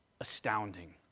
astounding